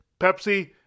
Pepsi